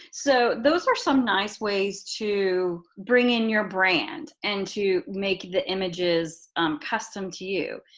so those are some nice ways to bring in your brand and to make the images custom to you.